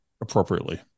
appropriately